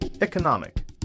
economic